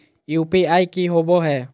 UPI की होबो है?